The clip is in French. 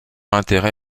intérêt